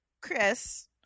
Chris